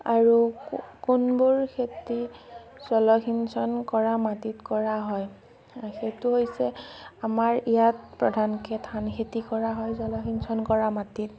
আৰু কোনবোৰ খেতি জলসিঞ্চন কৰা মাটিত কৰা হয় সেইটো হৈছে আমাৰ ইয়াত প্ৰধানকৈ ধান খেতি কৰা হয় জলসিঞ্চন কৰা মাটিত